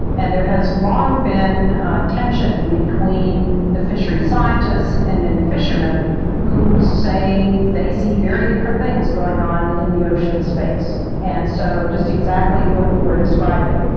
and there has long been a tension between the fishery scientists and many fishermen who say they see very different things going on in the ocean space. and so just exactly what you are describing,